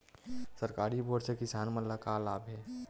सरकारी बोर से किसान मन ला का लाभ हे?